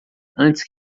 antes